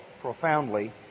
profoundly